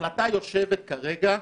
החלטה יושבת כרגע,